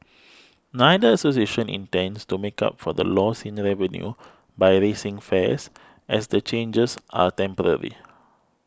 neither association intends to make up for the loss in revenue by raising fares as the changes are temporary